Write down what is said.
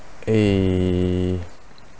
eh